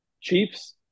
Chiefs